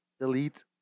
delete